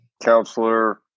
counselor